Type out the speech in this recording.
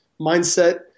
mindset